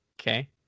Okay